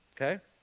okay